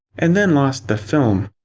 and then lost the film.